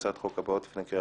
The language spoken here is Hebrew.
אין נמנעים,